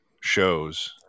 shows